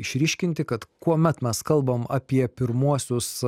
išryškinti kad kuomet mes kalbam apie pirmuosius